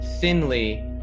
thinly